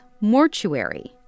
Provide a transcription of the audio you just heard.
Mortuary